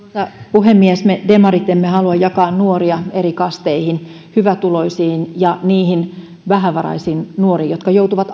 puhemies me demarit emme halua jakaa nuoria eri kasteihin hyvätuloisiin ja niihin vähävaraisiin nuoriin jotka joutuvat